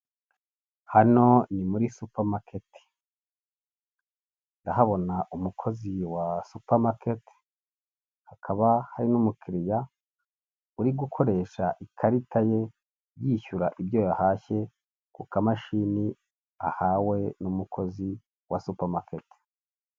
Hano ni muri supamaketi, ndahabona umukozi wa supamaketi hakaba hari n’umukiriya uri gukoresha ikarita ye yishyura ibyo yahashye ku kamashini. Ahawe n’umukozi wa supamaketi.